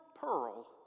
pearl